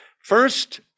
First